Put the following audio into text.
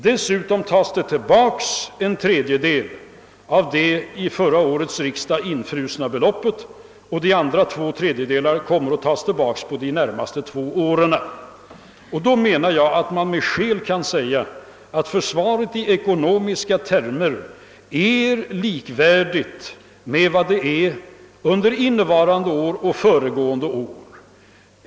Dessutom tas tillbaka en tredjedel av det under förra året infrusna beloppet, och de andra två tredjedelarna kommer att tas tillbaka under de närmaste åren. Då menar jag att det med skäl kan sägas att försvaret, i ekonomiska termer uttryckt, är likvärdigt med vad det är under innevarande år och vad det var föregående år.